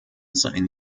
seinen